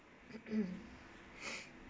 mm